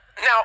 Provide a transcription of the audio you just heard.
now